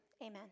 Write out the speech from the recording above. Amen